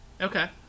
Okay